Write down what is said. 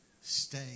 stay